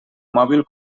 mòbil